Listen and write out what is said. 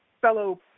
fellow